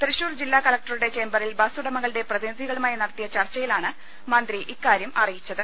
തൃശൂർ ജില്ലാ കളക്ടറുടെ ചേംബറിൽ ബസ് ഉടമകൂടെ പ്രതിനിധികളുമായി നടത്തിയ ചർച്ചയിലാണ് മന്ത്രി ഇക്കാര്യം അറിയിച്ചത്